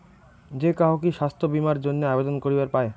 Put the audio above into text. যে কাহো কি স্বাস্থ্য বীমা এর জইন্যে আবেদন করিবার পায়?